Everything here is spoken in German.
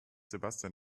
sebastian